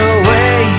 away